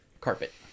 carpet